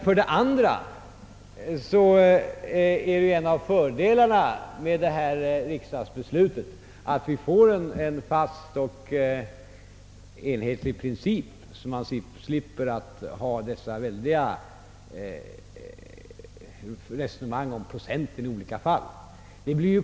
För det andra är ju en av fördelarna med detta riksdagsbeslut att vi får en fast och enhetlig princip och slipper dessa resonemang om procenten i olika fall.